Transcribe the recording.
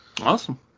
Awesome